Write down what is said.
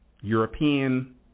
European